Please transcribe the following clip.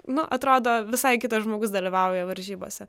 nu atrodo visai kitas žmogus dalyvauja varžybose